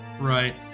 Right